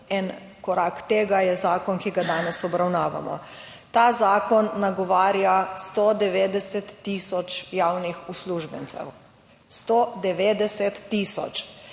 korak tega je zakon, ki ga danes obravnavamo. Ta zakon nagovarja 190 tisoč javnih uslužbencev. 190 tisoč.